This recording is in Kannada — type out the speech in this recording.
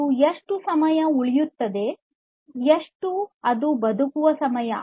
ಅದು ಎಷ್ಟು ಸಮಯ ಉಳಿಯುತ್ತದೆ ಎಷ್ಟು ಅದು ಬದುಕುವ ಸಮಯ